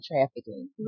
trafficking